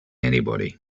anybody